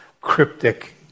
cryptic